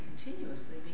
continuously